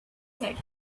said